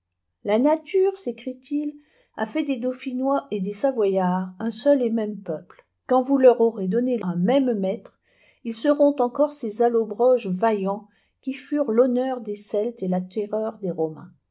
la nature sécric t il a fait des dauphinois et des savoyards un seul et un même peuple quand vous leur aurez donné un môme maître ils seront encore ces allobrogcs vaillants qui furent l'honneur des celtes et la terreur des romains